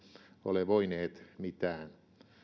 ole voinut mitään